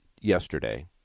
yesterday